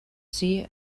see